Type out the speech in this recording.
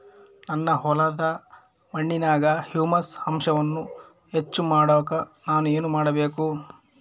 ನನ್ನ ಹೊಲದ ಮಣ್ಣಿನಾಗ ಹ್ಯೂಮಸ್ ಅಂಶವನ್ನ ಹೆಚ್ಚು ಮಾಡಾಕ ನಾನು ಏನು ಮಾಡಬೇಕು?